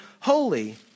holy